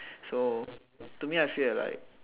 so me I feel that like